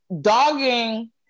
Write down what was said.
dogging